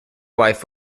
wife